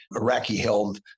Iraqi-held